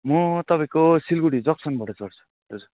म तपाईँको सिलगढी जक्सनबाट चढ्छु दाजु